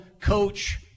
coach